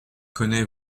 connais